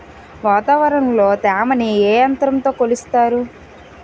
వాతావరణంలో తేమని ఏ యంత్రంతో కొలుస్తారు?